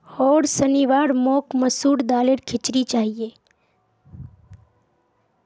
होर शनिवार मोक मसूर दालेर खिचड़ी चाहिए